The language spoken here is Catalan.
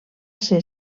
ser